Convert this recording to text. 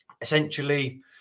essentially